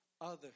others